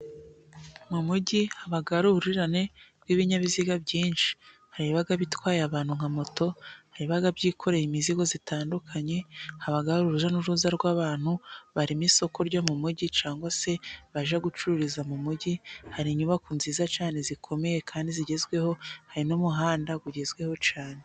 Mu mujyi haba hari uruhurirane rw'ibinyabiziga byinshi. Hari ibiba bitwaye abantu nka moto, ha ibiba byikoreye imizigo itandukanye. Haba hari urujya n'uruza rw'abantu barema isoko ryo mujyi, cyangwa se baje gucururiza mu mujyi. Hari inyubako nziza cyane zikomeye kandi zigezweho, hari n'umuhanda ugezweho cyane.